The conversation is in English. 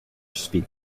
speak